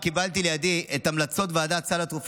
אני מזמין את שר הבריאות חבר הכנסת אוריאל בוסו להציג את הצעת החוק.